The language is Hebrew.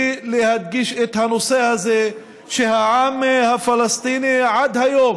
להדגיש את הנושא הזה שהעם הפלסטיני עד היום,